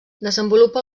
desenvolupa